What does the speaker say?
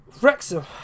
Wrexham